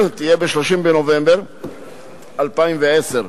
תהיה ב-30 בנובמבר 2010,